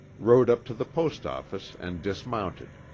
rode up to the post-office and dismounted.